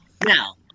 Now